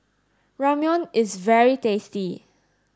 Ramyeon is very tasty